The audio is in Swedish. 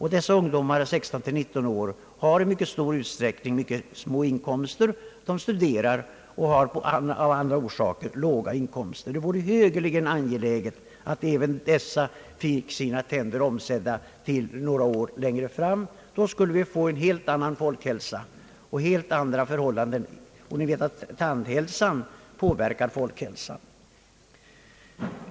I åldrarna 16—19 år har ungdomarna därtill i regel mycket små inkomster. Många av dem studerar. Det vore högeligen angeläget att dessa ungdomar fick sina tänder fortsatt omsedda några år efter 16-årsåldern. På det viset skulle vi även få en mycket bättre folkhälsa, ty som vi vet påverkar tandhälsan också folkhälsan.